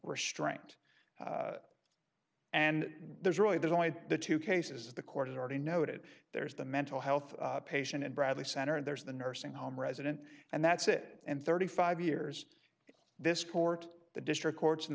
restraint and there's really there's only the two cases the court has already noted there's the mental health patient and bradley center and there's the nursing home resident and that's it and thirty five years in this court the district courts in